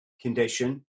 condition